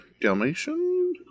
Dalmatian